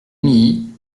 milly